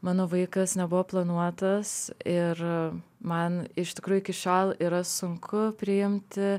mano vaikas nebuvo planuotas ir man iš tikrųjų iki šiol yra sunku priimti